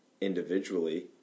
individually